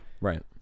Right